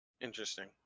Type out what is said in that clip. Interesting